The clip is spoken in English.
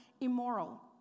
immoral